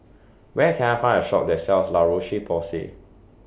Where Can I Find A Shop that sells La Roche Porsay